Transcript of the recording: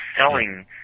selling